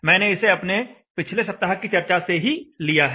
मैंने इसे अपने पिछले सप्ताह की चर्चा से ही लिया है